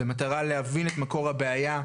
במטרה להבין את מקור הבעיה,